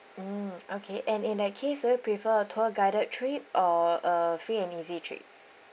mm okay and in that case would you prefer a tour guided trip or a free and easy trip